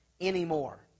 anymore